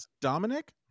Dominic